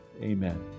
amen